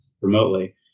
remotely